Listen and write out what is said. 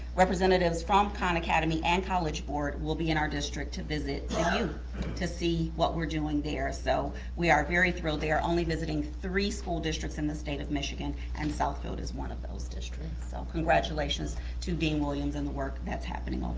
representatives from khan academy and college board will be in our district to visit the u to see what we're doing there. so we are very thrilled. they are only visiting three school districts in the state of michigan, and southfield is one of those districts. so congratulations to dean williams and the work that's happening